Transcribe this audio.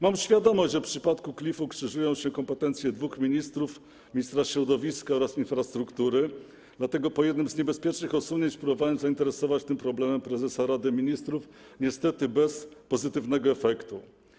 Mam świadomość, że w przypadku klifu krzyżują się kompetencje dwóch ministrów: środowiska oraz infrastruktury, dlatego po jednym z niebezpiecznych osunięć próbowałem zainteresować tym problemem prezesa Rady Ministrów, niestety bez pozytywnego efektu.